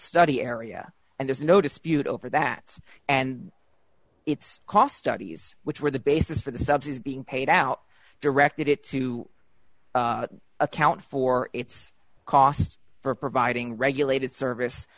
study area and there's no dispute over that and it's cost audi's which were the basis for the subs is being paid out directed it to account for its costs for providing regulated service